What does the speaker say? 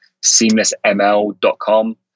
SeamlessML.com